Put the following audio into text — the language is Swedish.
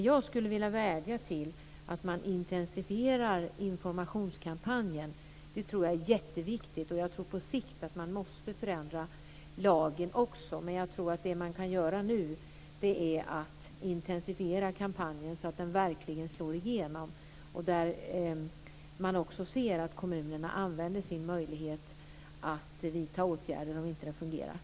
Jag vill vädja om att man intensifierar informationskampanjen. Det tror jag är jätteviktigt. Jag tror också att man på sikt måste förändra lagen. Men det man kan göra nu är att intensifiera kampanjen så att den verkligen slår igenom. Kommunerna måste använda sina möjligheter att vidta åtgärder om det hela inte fungerar.